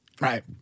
Right